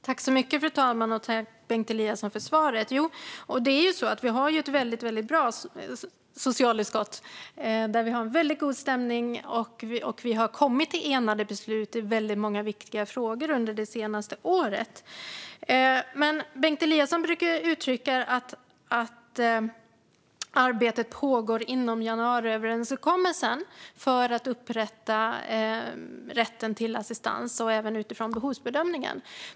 Fru talman! Tack, Bengt Eliasson, för svaret! Vi har ett väldigt bra socialutskott med god stämning. Vi har kommit till enade beslut i många viktiga frågor under det senaste året. Bengt Eliasson brukar uttrycka att arbetet pågår inom januariöverenskommelsen med att upprätta rätten till assistans och även utifrån behovsbedömningen.